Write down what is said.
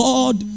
God